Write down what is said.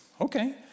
okay